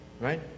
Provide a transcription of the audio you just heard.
right